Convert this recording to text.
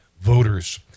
voters